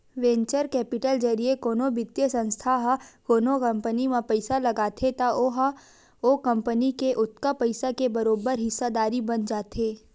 venture capital जरिए कोनो बित्तीय संस्था ह कोनो कंपनी म पइसा लगाथे त ओहा ओ कंपनी के ओतका पइसा के बरोबर हिस्सादारी बन जाथे